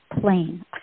plain